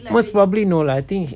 most probably no lah I think